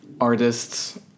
artists